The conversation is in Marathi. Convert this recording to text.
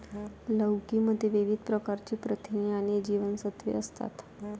लौकी मध्ये विविध प्रकारची प्रथिने आणि जीवनसत्त्वे असतात